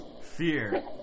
Fear